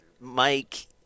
Mike